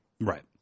right